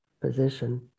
position